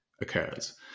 occurs